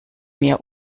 mir